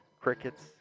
crickets